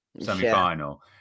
semi-final